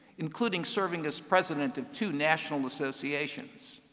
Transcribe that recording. including serving as president of two national associations.